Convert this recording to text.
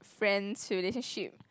friends relationship